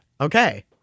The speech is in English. Okay